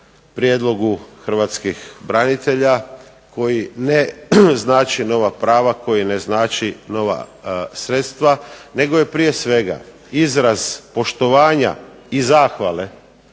prijedlogu hrvatskih branitelja koji ne znači nova prava, koji ne znači nova sredstva nego je prije svega izraz poštovanja i zahvale